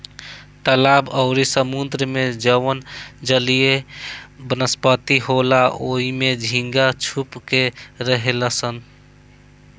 तालाब अउरी समुंद्र में जवन जलीय वनस्पति होला ओइमे झींगा छुप के रहेलसन